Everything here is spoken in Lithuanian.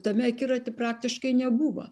tame akiraty praktiškai nebuvo